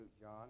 John